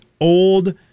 old